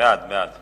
ההצעה להעביר את